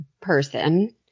person